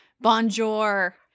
bonjour